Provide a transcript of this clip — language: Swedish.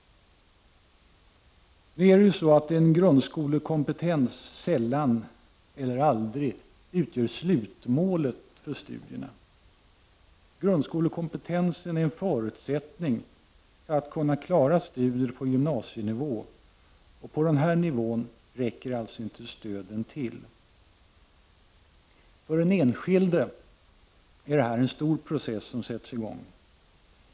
Grundskolekompetens utgör i sig sällan eller aldrig slutmålet för stu dierna. Grundskolekompetensen är en förutsättning för att man skall kunna = Prot. 1989/90:43 klara studier på gymnasienivå. På den här nivån räcker således inte stöden 11 december 1989 till. AR Bana Män För den enskilde är det en stor process som har satts i gång.